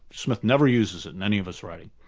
smith never uses it in any of his writing.